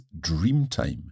dreamtime